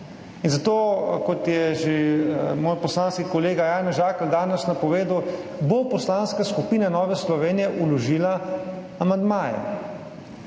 In zato, kot je že moj poslanski kolega Janez Žakelj danes napovedal, bo Poslanska skupina Nova Slovenija vložila amandmaje.